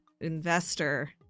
investor